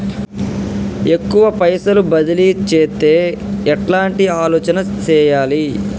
ఎక్కువ పైసలు బదిలీ చేత్తే ఎట్లాంటి ఆలోచన సేయాలి?